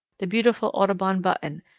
the beautiful audubon button,